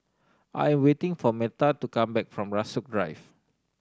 I am waiting for Metha to come back from Rasok Drive